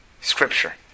scripture